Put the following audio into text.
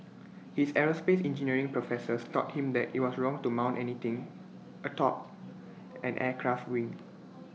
his aerospace engineering professors taught him that IT was wrong to mount anything atop an aircraft wing